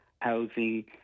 housing